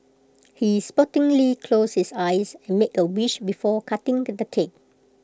he sportingly closed his eyes and made A wish before cutting on the cake